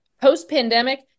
post-pandemic